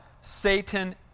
Satan